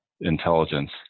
intelligence